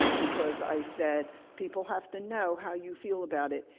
because i said, people have to know how you feel about it.